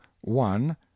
one